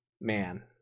man